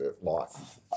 life